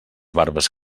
barbes